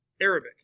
Arabic